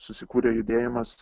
susikūrė judėjimas